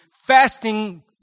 fasting